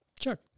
Sure